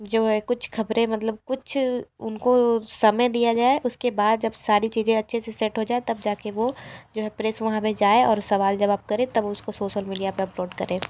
जो है कुछ ख़बरें मतलब कुछ उनको समय दिया जाए उसके बाद जब सारी चीज़ें अच्छे से सेट हो जाए तब जाके वो जो है प्रेस वहाँ पे जाए और सवाल जवाब करे तब उसको सोसल मीडिया पे अपलोड करे